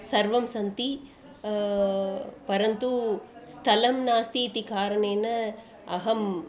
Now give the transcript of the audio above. सर्वं सन्ति परन्तु स्थलं नास्ति इति कारणेन अहम्